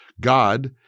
God